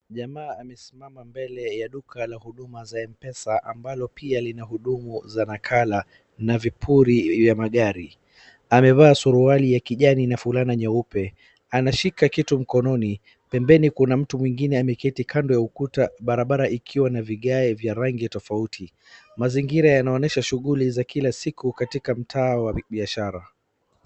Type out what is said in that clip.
Jamaa amesimama mbele ya duka la huduma za Mpesa ambalo pia linahudumu za nakala na vipuri ya magari. Amevaa suruali ya kijani na fulana nyeupe ,anashika kitu mkononi pembeni kuna mtu mwingine ameketi kando ya ukuta barabara ikiwa na vingae vya rangi tofauti. Mazingira inaonyesha shughuli za kila siku katika mtaa wa biashara.